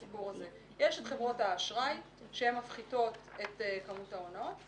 יש את חברות האשראי שהן מפחיתות את כמות ההונאות,